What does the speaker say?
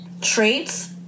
traits